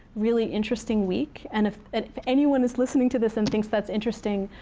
really interesting week. and if that anyone is listening to this and thinks that's interesting,